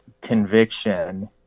conviction